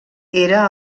era